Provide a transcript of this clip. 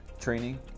training